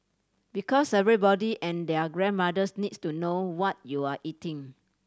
because everybody and their grandmothers needs to know what you're eating